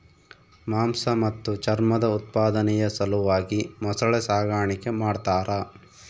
ಮಾಂಸ ಮತ್ತು ಚರ್ಮದ ಉತ್ಪಾದನೆಯ ಸಲುವಾಗಿ ಮೊಸಳೆ ಸಾಗಾಣಿಕೆ ಮಾಡ್ತಾರ